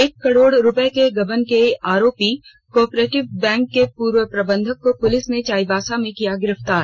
एक करोड़ रूपये के गबन के आरोपी को ऑपरेटिव बैंक के प्रर्व प्रबंधक को पुलिस ने चाईबासा में किया गिरफ्तार